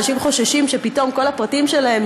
אנשים חוששים שפתאום כל הפרטים שלהם